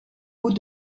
hauts